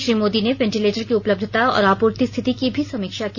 श्री मोदी ने वेंटीलेटर की उपलब्धता और आपूर्ति स्थिति की भी समीक्षा की